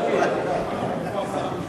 התשע"א 2010,